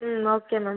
ம் okay ma'am